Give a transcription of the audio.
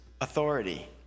authority